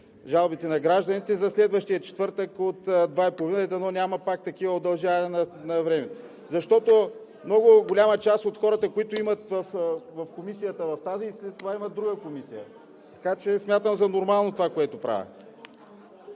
жалбите на гражданите за следващия четвъртък от 14,30 ч. Дано няма пак такова удължаване на времето, защото много голяма част от хората, които са в тази комисия, след това имат друга комисия, така че смятам за нормално това, което правя.